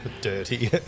Dirty